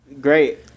Great